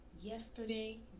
yesterday